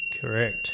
Correct